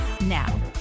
now